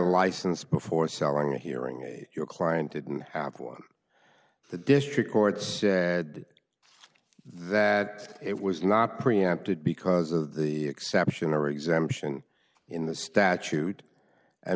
license before selling or hearing your client didn't form the district court's that it was not preempted because of the exception or exemption in the statute and